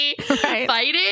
fighting